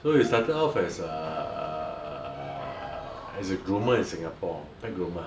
so he started off as a he's a groomer in Singapore pet groomer